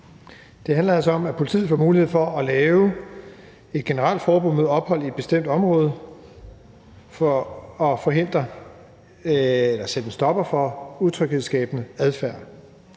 Det handler altså om, at politiet får mulighed for at lave et generelt forbud mod ophold i et bestemt område for at sætte en stopper for utryghedsskabende adfærd.